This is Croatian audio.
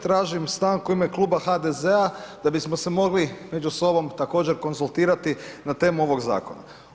Tražim stanku u ime Kluba HDZ-a da bismo se mogli među sobom također konzultirati na temu ovog zakona.